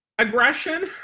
Aggression